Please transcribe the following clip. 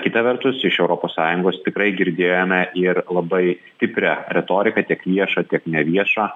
kita vertus iš europos sąjungos tikrai girdėjome ir labai stiprią retoriką tiek viešą tiek neviešą